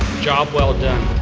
job well done.